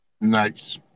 Nice